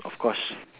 of course